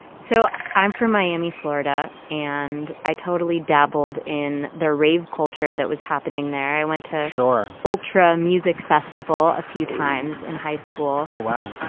so i'm from miami florida and i totally dabbled in their rave culture that was happening there i went to your ultra music festival a few times in high school oh wow